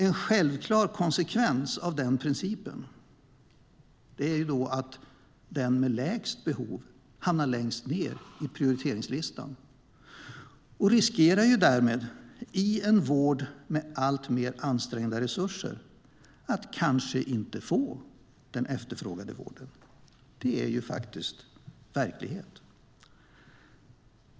En självklar konsekvens av den principen är att den med lägst behov hamnar längst ned i prioriteringslistan och därmed riskerar, i en vård med alltmer ansträngda resurser, att inte få den efterfrågade vården. Så är faktiskt verkligheten.